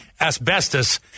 asbestos